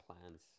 plans